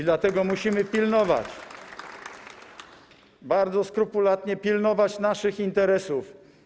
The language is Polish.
Dlatego musimy pilnować, bardzo skrupulatnie pilnować naszych interesów.